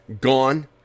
Gone